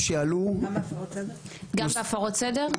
גם בהפרות סדר?